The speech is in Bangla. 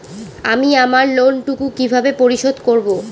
আমি আমার লোন টুকু কিভাবে পরিশোধ করব?